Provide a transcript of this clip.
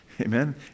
Amen